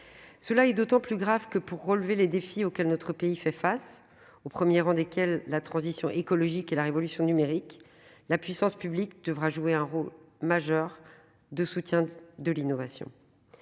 C'est d'autant plus grave que, pour relever les défis auxquels notre pays fait face, au premier rang desquels se trouvent la transition écologique et la révolution numérique, la puissance publique devra jouer un rôle majeur de soutien à l'innovation.